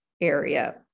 area